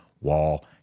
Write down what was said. wall